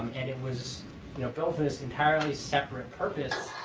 and it was you know built for this entirely separate purpose.